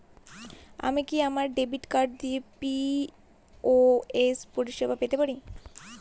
আমি কি আমার ডেবিট কার্ড দিয়ে পি.ও.এস পরিষেবা পেতে পারি?